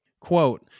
Quote